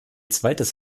zweites